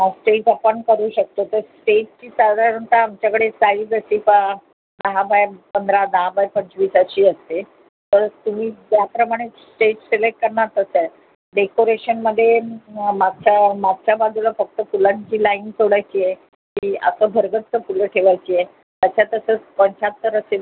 stage आपण करू शकतो तर स्टेजची साधारणत आमच्याकडे साईज अशी का दहा दहा बाय पंधरा दहा बाय पंचवीस अशी असते तर तुम्ही ज्याप्रमाणे स्टेज सिलेक्ट करणार तसं आहे डेकोरेशनमध्ये मागच्या मागच्या बाजूला फक्त फुलांची लाईन सोडायची आहे की असं भरगच्च फुलं ठेवायची आहे त्याच्यातच पंच्याहत्तर असे